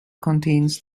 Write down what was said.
contains